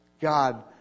God